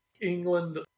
England